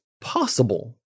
possible